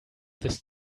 this